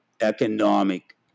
economic